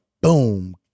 boom